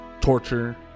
torture